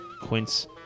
quince